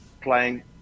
playing